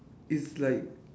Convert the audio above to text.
it's like